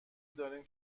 داریم